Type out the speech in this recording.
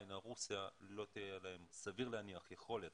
אוקראינה ורוסיה סביר להניח שלא תהיה להם יכולת